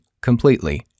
completely